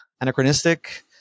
anachronistic